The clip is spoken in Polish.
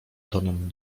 tonem